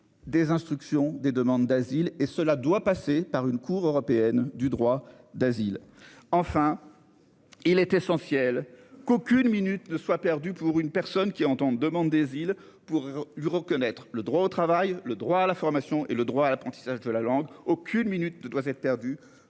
Des instructions des demandes d'asile et cela doit passer par une cour européenne du droit d'asile. Enfin. En. Il était son fief. Qu'aucune minute ne soit perdue pour une personne qui entendent demande des îles pour lui reconnaître le droit au travail, le droit à la formation et le droit à l'apprentissage de la langue. Aucune minute de toi. Pour lui